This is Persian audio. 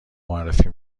معرفی